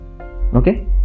Okay